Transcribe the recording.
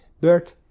Bert